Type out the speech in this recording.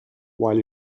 while